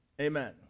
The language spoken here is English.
amen